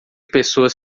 pessoas